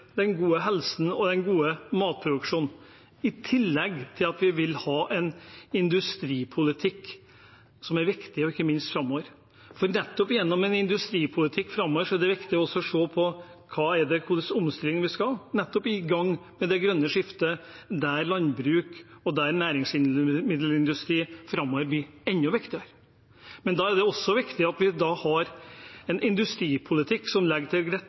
viktig, ikke minst framover. I industripolitikken framover er det viktig å se på hva slags omstilling vi skal ha når vi nettopp er i gang med det grønne skiftet, der landbruk og næringsmiddelindustri framover blir enda viktigere. Men da er det også viktig at vi har en industripolitikk som legger til rette